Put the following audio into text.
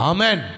Amen